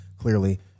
clearly